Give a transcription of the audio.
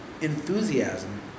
enthusiasm